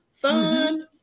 fun